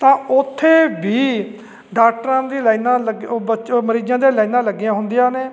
ਤਾਂ ਉੱਥੇ ਵੀ ਡਾਕਟਰਾਂ ਦੀ ਲਾਈਨਾਂ ਲੱਗ ਉਹ ਬਚ ਉਹ ਮਰੀਜ਼ਾਂ ਦੀਆਂ ਲਾਈਨਾਂ ਲੱਗੀਆਂ ਹੁੰਦੀਆਂ ਨੇ